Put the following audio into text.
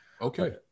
Okay